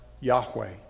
Yahweh